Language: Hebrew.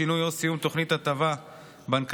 שינוי או סיום תוכנית הטבה בנקאית),